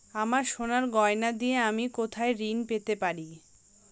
আমার সোনার গয়নার দিয়ে আমি কোথায় ঋণ পেতে পারি?